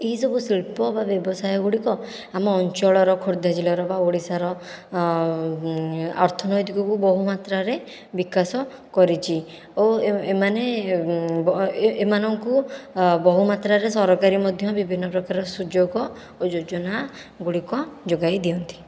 ଏଇସବୁ ଶିଳ୍ପ ବା ବ୍ୟବସାୟ ଗୁଡ଼ିକ ଆମ ଅଞ୍ଚଳର ଖୋର୍ଦ୍ଧାଜିଲ୍ଲାର ବା ଓଡ଼ିଶାର ଅର୍ଥନୈତିକକୁ ବହୁମାତ୍ରାରେ ବିକାଶ କରିଛି ଓ ଏମାନେ ଏମାନଙ୍କୁ ଅ ବହୁମାତ୍ରାରେ ସରକାରୀ ମଧ୍ୟ ବିଭିନ୍ନପ୍ରକାର ସୁଯୋଗ ଓ ଯୋଜନା ଗୁଡ଼ିକ ଯୋଗାଇଦିଅନ୍ତି